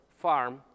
farm